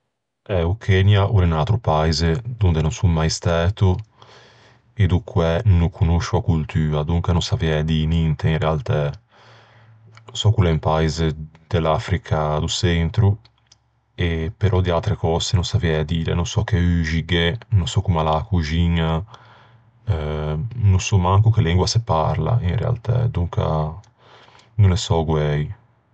Eh, o Kenya o l'é un atro paise donde no son mai stæto e do quæ no conoscio a coltua, donca no saviæ dî ninte in realtæ. Sò ch'o l'é un paise de l'Africa do çentro, però de atre cöse no saviæ dîle. No sò che uxi gh'é, no sò comm'a l'é a coxiña, no sò manco che lengua a se parla, in realtæ. Donca no ne sò guæi.